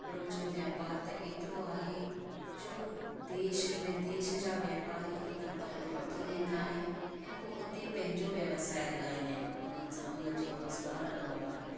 कपिड़ो जो वापार ते हेतिरो आहे जो देश विदेश जा वापारी हितां कपिड़ो वठी वेंदा आहिनि ऐं पोइ हुते पंहिंजो व्यवसाए हलंदा आहिनि हुननि सां हुननि जो रोज़गातु हलंदो आहे